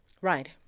Right